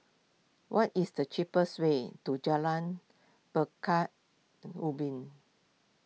what is the cheapest way to Jalan Pekan Ubin